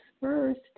first